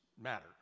matter